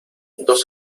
dos